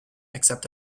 except